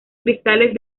cristales